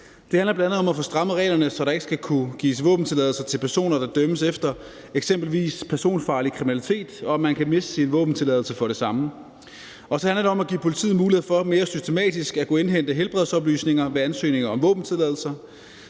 Det handler bl.a. om at få strammet reglerne, så der ikke skal kunne gives våbentilladelser til personer, der dømmes for eksempelvis personfarlig kriminalitet, og at man kan miste sin våbentilladelse for det samme. Og så handler det om at give politiet mulighed for mere systematisk at kunne indhente helbredsoplysninger ved ansøgning om våbentilladelse.